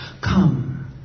come